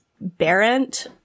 Barent